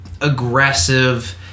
aggressive